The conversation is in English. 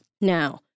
now